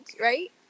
right